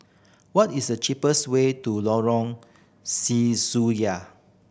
what is the cheapest way to Lorong Sesuai